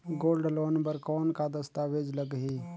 Gold loan बर कौन का दस्तावेज लगही?